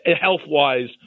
health-wise